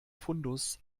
fundus